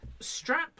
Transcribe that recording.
Strap